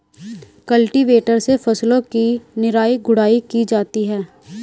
cultivator से फसलों की निराई गुड़ाई की जाती है